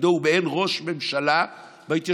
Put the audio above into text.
תפקידו הוא מעין ראש ממשלה בהתיישבות.